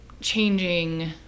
changing